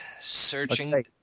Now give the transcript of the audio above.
searching